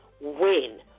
win